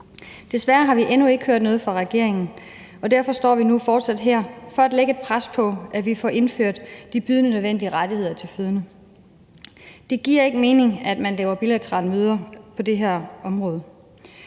Desværre har vi endnu ikke hørt noget fra regeringen, og derfor står vi nu fortsat her for at lægge et pres for at få indført de bydende nødvendige rettigheder til fødende. Det giver ikke mening, at man laver bilaterale møder på det her område,